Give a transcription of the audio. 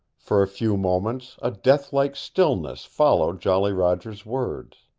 for a few moments a death-like stillness followed jolly roger's words.